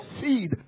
seed